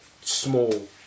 small